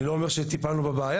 אני לא אומר שטיפלנו בבעיה,